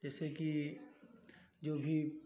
जैसे कि जो भी